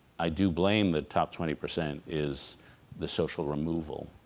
i do blame that top twenty percent is the social removal.